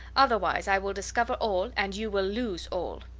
otherwise i will discover all, and you will lose all.